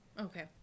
Okay